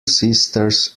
sisters